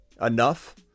enough